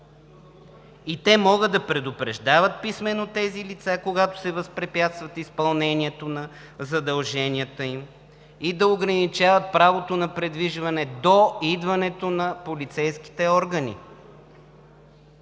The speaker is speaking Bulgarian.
и могат да предупреждават писмено тези лица, когато се възпрепятстват изпълнението на задълженията им и да ограничават правото им на придвижване до идването на полицейските органи.